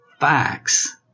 facts